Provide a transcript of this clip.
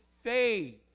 faith